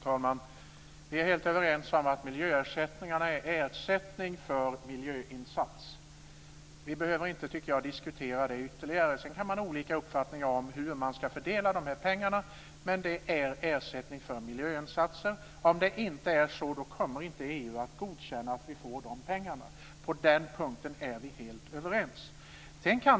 Fru talman! Vi är helt överens om att miljöersättningarna är ersättning för miljöinsats. Jag tycker inte att vi behöver diskutera det ytterligare. Sedan kan man ha olika uppfattning om hur man ska fördela pengarna, men det gäller ersättning för miljöinsatser. Om det inte är så kommer inte EU att godkänna att vi får pengarna. På den punkten är vi helt överens.